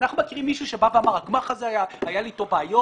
אנחנו מכירים מישהו שבא ואמר שעם הגמ"ח הזה היו לו בעיות,